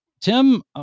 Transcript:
Tim